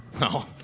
No